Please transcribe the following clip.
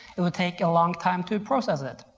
it would take a long time to process it.